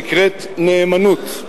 שנקראת נאמנות.